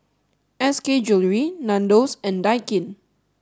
S K Jewellery Nandos and Daikin